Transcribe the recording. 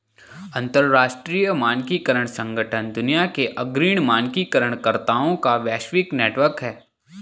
अंतर्राष्ट्रीय मानकीकरण संगठन दुनिया के अग्रणी मानकीकरण कर्ताओं का वैश्विक नेटवर्क है